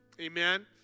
Amen